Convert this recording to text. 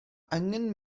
angen